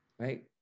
Right